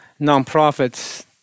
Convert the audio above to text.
nonprofits